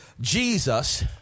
Jesus